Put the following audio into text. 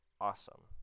Awesome